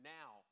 now